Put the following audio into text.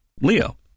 Leo